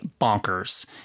bonkers